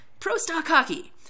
ProStockHockey